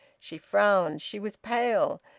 she frowned she was pale,